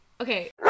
Okay